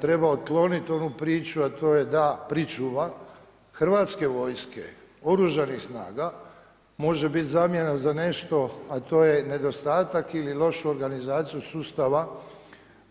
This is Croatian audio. treba otkloniti onu priču, a to je da pričuva Hrvatska vojske, Oružanih snaga može biti zamjena za nešto, a to je nedostatak ili lošu organizaciju sustava